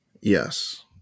Yes